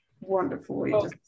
wonderful